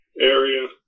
area